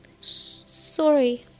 Sorry